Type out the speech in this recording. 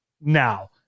now